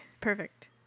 perfect